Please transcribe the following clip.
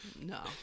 No